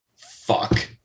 fuck